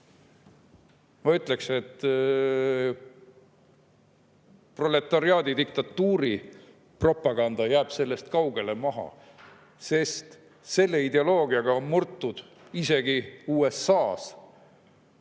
ütleksin, et proletariaadi diktatuuri propaganda jääb sellest kaugele maha, sest selle ideoloogiaga on murtud isegi USA-s